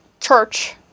church